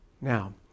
Now